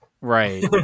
Right